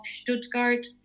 Stuttgart